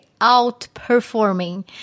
outperforming